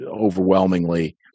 overwhelmingly